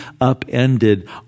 upended